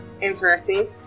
Interesting